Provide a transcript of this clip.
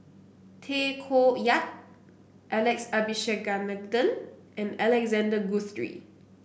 Tay Koh Yat Alex Abisheganaden and Alexander Guthrie